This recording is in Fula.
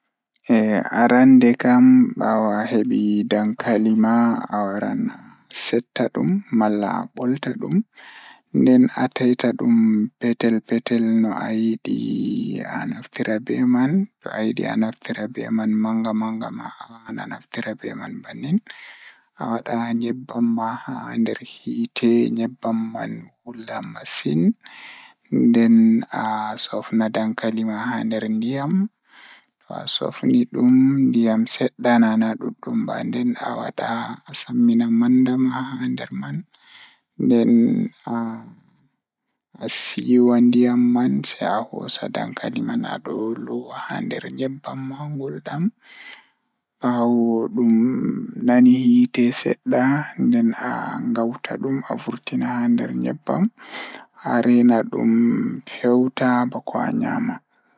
Ngam waɗa ndeenkaŋ, njahɗo ndeenkang e njaha ɗum ndiyam ngam waɗata bonni. Naanngoɗo ɗum poɗnde e maɓɓe ngal ngam njahaɗo ɗum ngal rewɓe haɗe ngal. Fittoɗo ɗum